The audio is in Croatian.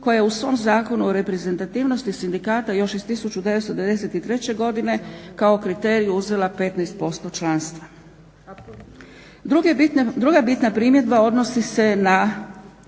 koja je u svom Zakonu o reprezentativnosti sindikata još iz 1993. godine kao kriterij uzela 15% članstva. Druga bitna primjedba odnosi se na